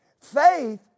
Faith